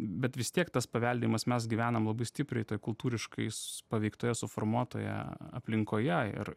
bet vis tiek tas paveldimas mes gyvename labai stipriai kultūriškai paveiktoje suformuotoje aplinkoje ir